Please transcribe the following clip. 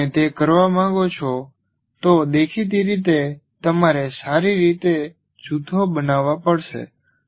જો તમે તે કરવા માંગો છો તો દેખીતી રીતે તમારે સારી રીતે જૂથો બનાવવા પડશે